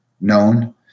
known